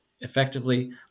effectively